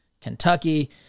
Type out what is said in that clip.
Kentucky